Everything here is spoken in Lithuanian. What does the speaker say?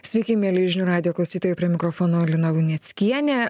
sveiki mieli žinių radijo klausytojai prie mikrofono lina luneckienė